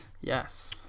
yes